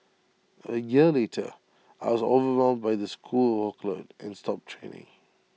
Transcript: A year later I was overwhelmed by the school workload and stopped training